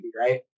right